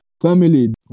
family